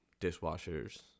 dishwashers